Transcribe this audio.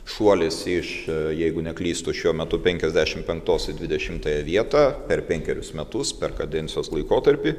šuolis iš jeigu neklystu šiuo metu penkiasdešimt penktos dvidešimtąją vietą per penkerius metus per kadencijos laikotarpį